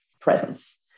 presence